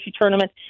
Tournament